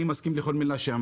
אני מסכים לכל מילה שאמרת.